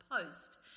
Post